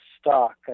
stock